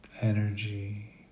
energy